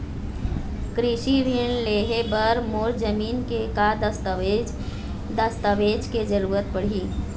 कृषि ऋण लेहे बर मोर जमीन के का दस्तावेज दस्तावेज के जरूरत पड़ही?